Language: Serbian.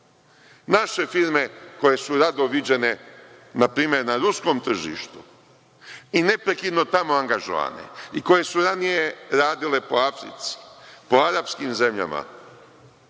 firme koje su rado viđene npr. na ruskom tržištu i neprekidno tamo angažovane i koje su ranije radili po Africi, po arapskim zemljama,